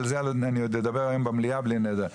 על זה אני עוד אדבר היום במליאה בלי נדר.